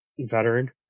veteran